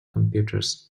computers